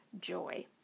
joy